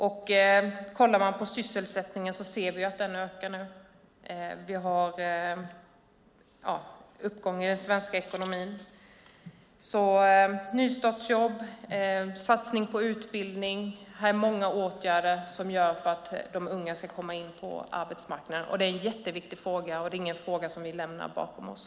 Och vi ser att sysselsättningen ökar nu när vi har en uppgång i den svenska ekonomin. Nystartsjobb, satsning på utbildning - här är många åtgärder som gör att de unga ska komma in på arbetsmarknaden. Det här är en jätteviktig fråga, och det är ingen fråga som vi lämnar bakom oss.